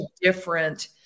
Different